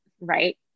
right